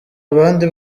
abandi